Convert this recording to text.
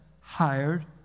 hired